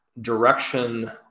direction